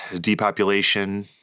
depopulation